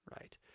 right